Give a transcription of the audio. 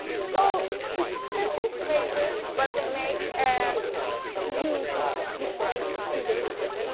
so it's simple phrases, but they make a huge difference to the user.